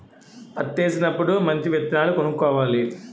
పత్తేసినప్పుడు మంచి విత్తనాలు కొనుక్కోవాలి